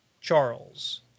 Charles